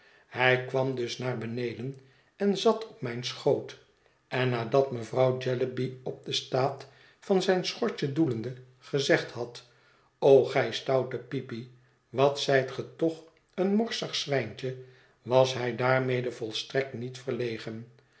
hij kwam dus naar beneden en zat op mijn schoot en nadat mevrouw jellyby op den staat van zijn schortje doelende gezegd had o gij stoute peepy wat zijt ge toch een morsig zwijntje was hij daarmede volstrekt niet verlegen